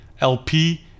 LP